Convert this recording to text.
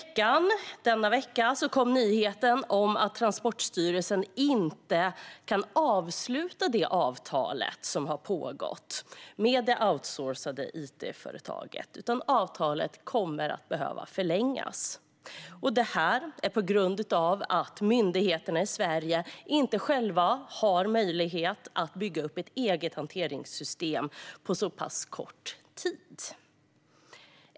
Nu i veckan kom nyheten att Transportstyrelsen inte kan avsluta avtalet som har gällt med det it-företag man har outsourcat till och att avtalet kommer att behöva förlängas - detta på grund av att myndigheterna i Sverige inte själva har möjlighet att bygga upp ett eget hanteringssystem på så pass kort tid.